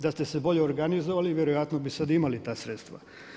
Da ste se bolje organizovali vjerojatno bi sad imali ta sredstva.